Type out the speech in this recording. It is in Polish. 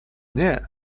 nie